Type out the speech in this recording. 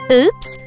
Oops